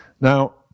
Now